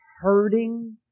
hurting